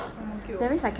ang mo kio